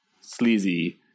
sleazy